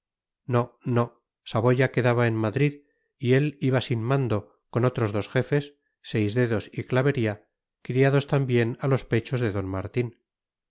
no no saboya quedaba en madrid y él iba sin mando con otros dos jefes seisdedos y clavería criados también a los pechos de d martín